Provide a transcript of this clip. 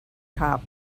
cop